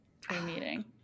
Pre-meeting